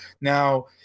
now